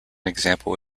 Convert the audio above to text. example